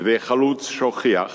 על-ידי חלוץ שהוכיח